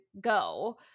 go